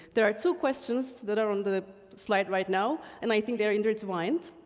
there are two questions that are on the slide right now, and i think they're intertwined.